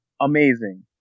Amazing